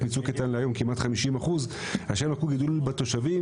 מצוק איתן להיום כמעט 50%. כאשר גידול בתושבים,